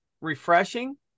refreshing